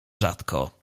rzadko